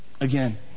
again